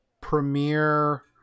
premiere